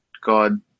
God